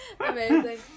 Amazing